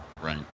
Right